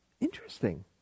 interesting